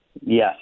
Yes